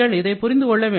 இதை புரிந்து கொள்ளுங்கள்